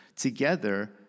together